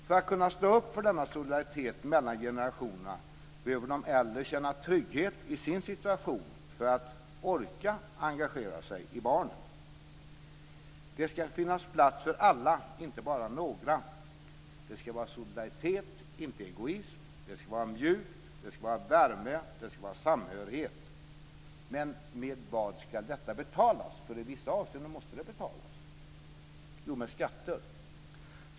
För att kunna stå upp för denna solidaritet mellan generationerna behöver de äldre känna trygghet i sin situation för att orka engagera sig i barnen. Det ska finnas plats för alla - inte bara några. Det ska vara solidaritet - inte egoism. Det ska vara mjukt. De ska vara värme. Det ska vara samhörighet. Men med vad ska detta betalas? I vissa avseenden måste det betalas. Jo, med skatter.